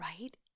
Right